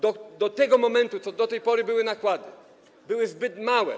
Do tego momentu czy do tej pory nakłady były zbyt małe.